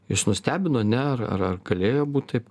jus nustebino ne ar ar galėjo būt taip